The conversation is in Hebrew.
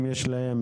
אם יש להם,